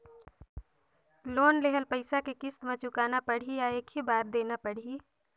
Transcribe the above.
Loan लेहल पइसा के किस्त म चुकाना पढ़ही या एक ही बार देना पढ़ही?